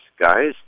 guys